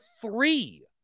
three